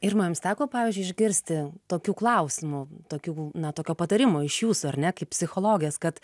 irma jums teko pavyzdžiui išgirsti tokių klausimų tokių na tokio patarimo iš jūsų ar ne kaip psichologės kad